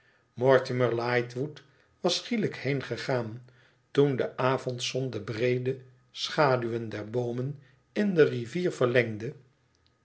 mortimer lightwood was schielijk heengegaan toen de avondzon de breede schaduwen der boomen in de rivier verlengde